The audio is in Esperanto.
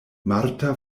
marta